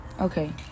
okay